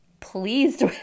pleased